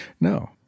No